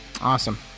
awesome